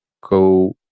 go